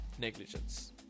negligence